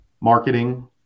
marketing